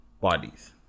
bodies